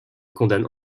condamne